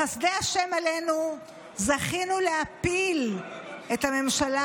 בחסדי השם עלינו זכינו להפיל את הממשלה